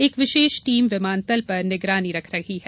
एक विशेष टीम विमानतल पर निगरानी रख रही है